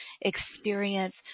experience